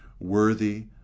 worthy